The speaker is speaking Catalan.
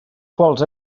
quals